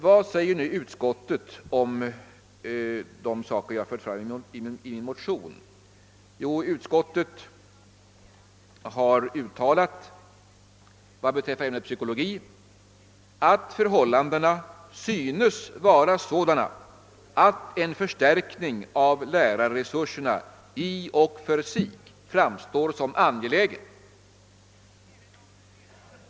Vad har nu utskottet att säga om de förhållanden som jag pekat på i min motion? Utskottet uttalar beträffande ämnet psykologi »att förhållandena synes vara sådana att en förstärkning av lärarresurserna i och för sig framstår som angelägen».